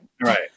right